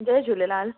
Jay Jhulelal